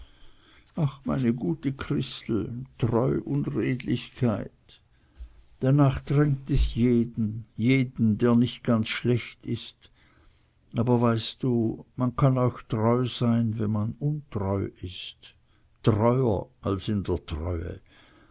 ach meine gute christel treu und redlichkeit danach drängt es jeden jeden der nicht ganz schlecht ist aber weißt du man kann auch treu sein wenn man untreu ist treuer als in der treue